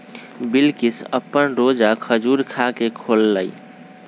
बिलकिश अप्पन रोजा खजूर खा के खोललई